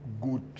good